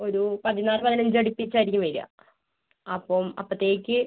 ഒരു പതിനാല് പതിനഞ്ച് അടുപ്പിച്ച് ആയിരിക്കും വരുക അപ്പം അപ്പോഴത്തേക്ക്